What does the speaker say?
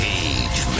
Cage